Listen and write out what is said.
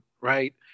right